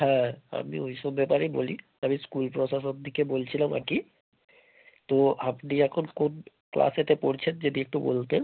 হ্যাঁ আপনি ওই সব ব্যাপারেই বলি তবে স্কুল প্রশাসন থেকে বলছিলাম আর কি তো আপনি এখন কোন ক্লাসেতে পড়ছেন যদি একটু বলতেন